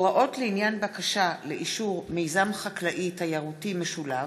(הוראות לעניין בקשה לאישור מיזם חקלאי-תיירותי משולב),